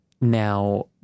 Now